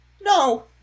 no